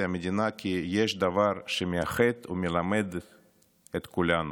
המדינה כי יש דבר שמאחד ומלמד את כולנו,